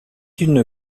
une